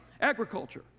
agriculture